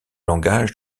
langage